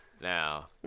Now